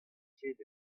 ket